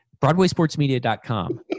BroadwaySportsMedia.com